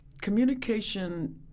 communication